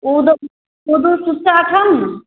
ओ दूध ओ दूध सुच्चा छनि ने